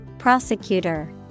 Prosecutor